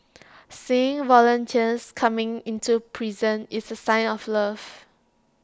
seeing volunteers coming into prison is A sign of love